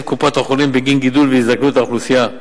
לקופות-החולים בגין גידול והזדקנות האוכלוסייה.